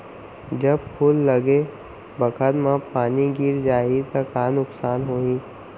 जब फूल लगे बखत म पानी गिर जाही त का नुकसान होगी?